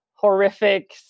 horrific